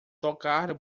tocar